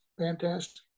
Fantastic